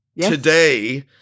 today